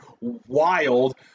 wild